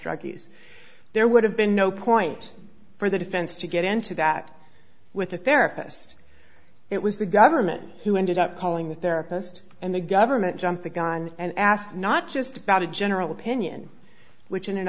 drug use there would have been no point for the defense to get into that with a therapist it was the government who ended up calling the therapist and the government jumped the gun and asked not just about a general opinion which in